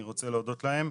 אני רוצה להודות להם.